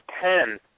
ten